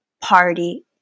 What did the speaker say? party